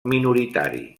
minoritari